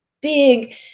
big